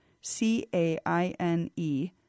c-a-i-n-e